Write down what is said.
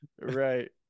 Right